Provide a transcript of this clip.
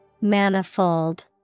Manifold